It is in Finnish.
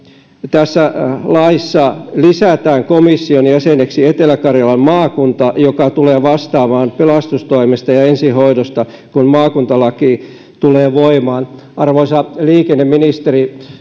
tässä laissa lisätään komission jäseneksi etelä karjalan maakunta joka tulee vastaamaan pelastustoimesta ja ensihoidosta kun maakuntalaki tulee voimaan arvoisa liikenneministeri